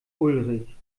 ulrich